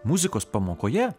muzikos pamokoje